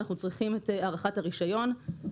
אנחנו צריכים את הארכת הרישיון.